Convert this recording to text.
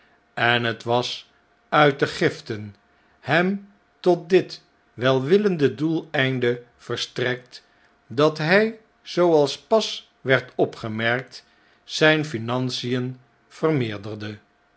en het was uit de giften hem tot dit welwillende doeleinde verstrekt dat hfl zooals pas werd opgemerkt zjne financien vermeerderde